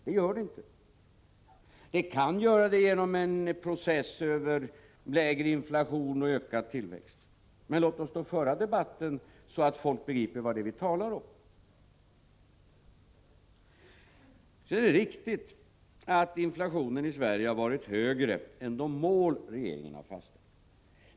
Det gör de inte. De kan göra det genom en process via lägre inflation och ökad tillväxt, men låt oss föra den debatten på ett sådant sätt att folk begriper vad vi talar om. Det är vidare riktigt att inflationen i Sverige har varit högre än vad som motsvarar de mål som regeringen har fastlagt.